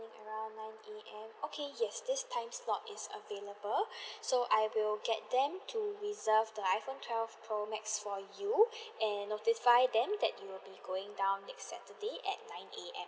around nine A_M okay yes this time slot is available so I will get them to reserve the iphone twelve pro max for you and notify them that you would be going down next saturday at nine A_M